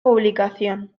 publicación